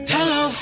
Hello